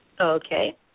Okay